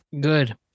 Good